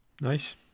nice